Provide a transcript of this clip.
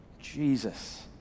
Jesus